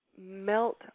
melt